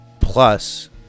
plus